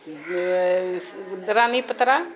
Ranipatra